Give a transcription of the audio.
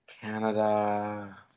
Canada